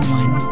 one